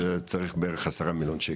צריך בערך עשרה מיליון שקל,